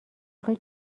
خوای